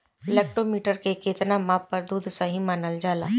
Lactometer के कितना माप पर दुध सही मानन जाला?